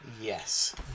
Yes